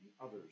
others